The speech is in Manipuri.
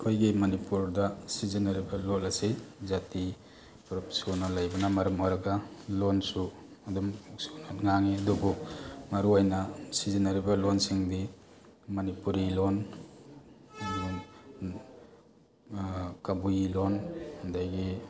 ꯑꯩꯈꯣꯏꯒꯤ ꯃꯅꯤꯄꯨꯔꯗ ꯁꯤꯖꯤꯟꯅꯔꯤꯕ ꯂꯣꯟ ꯑꯁꯤ ꯖꯥꯇꯤ ꯄꯨꯂꯞ ꯁꯨꯅ ꯂꯩꯕꯅ ꯃꯔꯝ ꯑꯣꯏꯔꯒ ꯂꯣꯟꯁꯨ ꯑꯗꯨꯝ ꯁꯨꯅꯕ ꯉꯥꯡꯏ ꯑꯨꯗꯨꯨꯕꯨ ꯃꯔꯨ ꯑꯣꯏꯅ ꯁꯤꯖꯤꯟꯅꯔꯤꯕ ꯂꯣꯟꯁꯤꯡꯗꯤ ꯃꯅꯤꯄꯨꯔꯤ ꯂꯣꯟ ꯀꯕꯨꯏ ꯂꯣꯟ ꯑꯗꯒꯤ